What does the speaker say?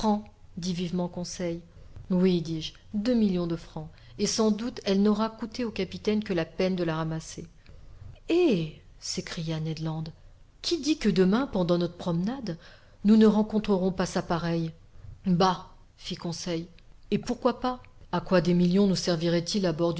dit vivement conseil oui dis-je deux millions de francs et sans doute elle n'aura coûté au capitaine que la peine de la ramasser eh s'écria ned land qui dit que demain pendant notre promenade nous ne rencontrerons pas sa pareille bah fit conseil et pourquoi pas a quoi des millions nous